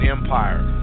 Empire